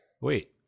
Wait